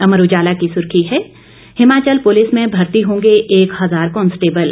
अमर उजाला की सुर्खी है हिमाचल पुलिस में भर्ती होंगे एक हजार कांस्टेबल